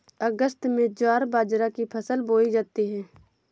अगस्त में ज्वार बाजरा की फसल बोई जाती हैं